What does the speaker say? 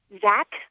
Zach